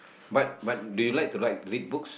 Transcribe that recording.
but but they like to write read books